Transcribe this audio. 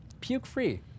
Puke-free